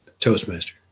Toastmaster